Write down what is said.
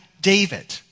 David